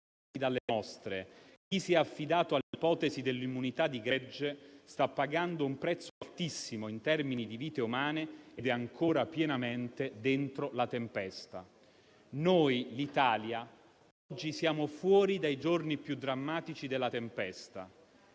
dalle nostre, chi si è affidato all'ipotesi dell'immunità di gregge sta pagando un prezzo altissimo in termini di vite umane ed è ancora pienamente dentro la tempesta. Noi, l'Italia, oggi siamo fuori dai giorni più drammatici della tempesta.